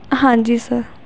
ਹਾਂਜੀ ਸਰ